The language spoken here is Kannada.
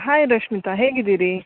ಹಾಯ್ ರಶ್ಮಿತಾ ಹೇಗಿದ್ದೀರಿ